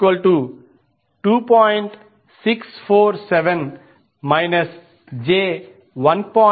647 j1